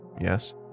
yes